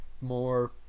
more